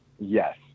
Yes